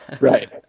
Right